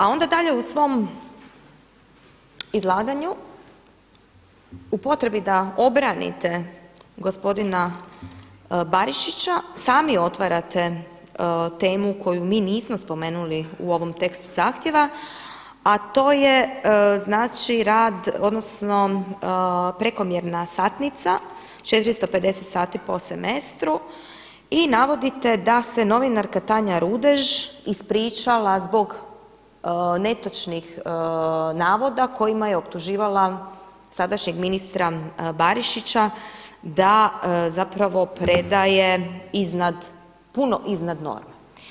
A onda dalje u svom izlaganju u potrebi da obranite gospodina Barišića sami otvarate temu koju mi nismo spomenuli u ovom tekstu zahtjeva a to je znači rad odnosno prekomjerna satnica 450 sati po semestru i navodite da se novinarka Tanja Rudež ispričala zbog netočnih navoda kojima je optuživala sadašnjeg ministra Barišića da zapravo predaje puno iznad norme.